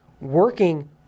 working